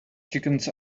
chickens